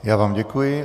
Já vám děkuji.